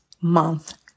month